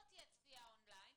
לא תהיה צפייה און-ליין.